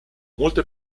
molte